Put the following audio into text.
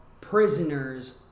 prisoners